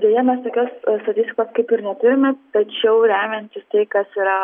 deja mes tokios statistikos kaip ir neturime tačiau remiantis tai kas yra